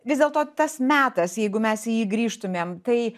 vis dėlto tas metas jeigu mes į jį grįžtumėm tai